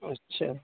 اچھا